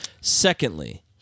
Secondly